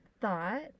thought